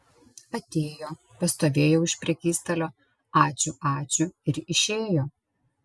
atėjo pastovėjo už prekystalio ačiū ačiū ir išėjo